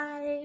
Bye